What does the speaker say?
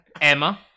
Emma